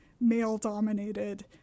male-dominated